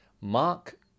Mark